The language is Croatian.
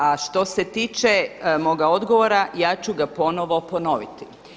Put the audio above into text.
A što se tiče moga odgovora ja ću ga ponovo ponoviti.